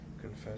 confess